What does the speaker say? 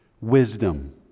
Wisdom